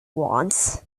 wants